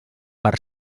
per